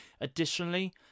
Additionally